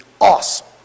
awesome